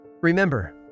Remember